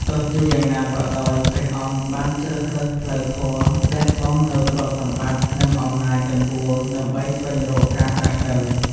ទោះជាយ៉ាងណាក៏ដោយ ព្រះអង្គបានជ្រើសរើសផ្លូវធម៌ លះបង់នូវទ្រព្យសម្បត្តិ និងអំណាចទាំងពួង ដើម្បីស្វែងរកការត្រាស់ដឹង។